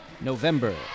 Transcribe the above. November